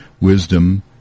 wisdom